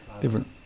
different